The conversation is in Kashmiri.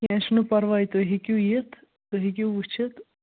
کینٛہہ چھُنہٕ پَرواے تُہۍ ہیٚکِو یِتھ تُہۍ ہیٚکِو وُچھِتھ